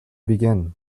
begin